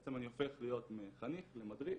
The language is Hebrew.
בעצם אני הופך להיות מחניך למדריך.